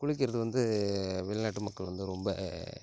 குளிக்கிறது வந்து வெளிநாட்டு மக்கள் வந்து ரொம்ப